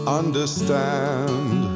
understand